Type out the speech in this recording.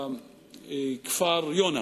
בכפר-יונה.